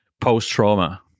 post-trauma